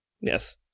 Yes